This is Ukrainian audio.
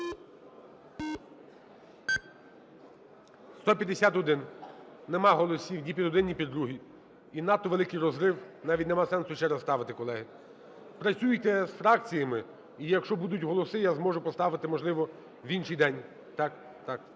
За-151 Нема голосів ні під один, ні під другий. І надто великий розрив, навіть нема сенсу ще раз ставити, колеги. Працюйте з фракціями і, якщо будуть голоси, я зможу поставити можливо в інший день. Так, так.